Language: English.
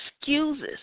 excuses